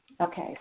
Okay